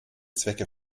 zwecke